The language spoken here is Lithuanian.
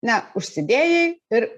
na užsidėjai ir